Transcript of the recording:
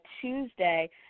Tuesday